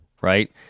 right